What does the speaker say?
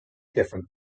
different